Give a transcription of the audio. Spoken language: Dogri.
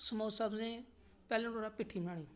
समोसा तुसें पैहलें नुआढ़ी पिट्ठी बनानी